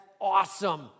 awesome